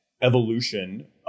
evolution